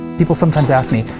people sometimes ask me,